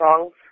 songs